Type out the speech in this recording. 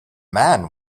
man